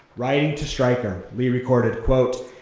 writing to stryker, lee recorded quote,